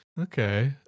okay